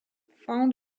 found